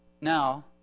Now